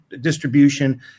distribution